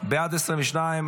התכנון והבנייה (תיקון מס' 157),